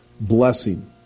blessing